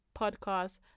podcast